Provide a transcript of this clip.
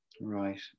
Right